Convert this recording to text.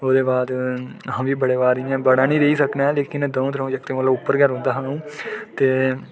ओह्दे बाद अस बी बड़े बार इ'यां बड़ा निं रेही सकनें आं लेकिन द'ऊं त्र'ऊं जगतें कोलू उप्पर गै रौंह्दा हा अ'ऊं ते